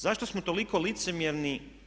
Zašto smo toliko licemjerni.